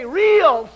real